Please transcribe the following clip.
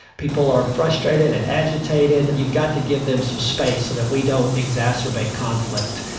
people are frustrated and agitated. you've got to give them some space so that we don't exacerbate conflict.